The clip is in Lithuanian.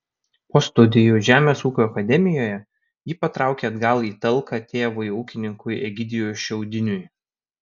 po studijų žemės ūkio akademijoje ji patraukė atgal į talką tėvui ūkininkui egidijui šiaudiniui